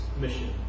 Mission